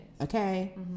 Okay